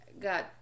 got